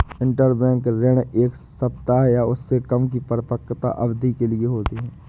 interbank ऋण एक सप्ताह या उससे कम की परिपक्वता अवधि के लिए होते हैं